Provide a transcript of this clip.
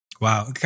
Wow